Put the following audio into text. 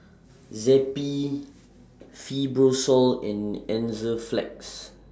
Zappy Fibrosol and Enzyplex